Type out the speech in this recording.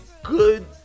Good